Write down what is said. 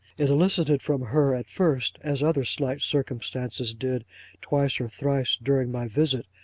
it elicited from her at first, as other slight circumstances did twice or thrice during my visit,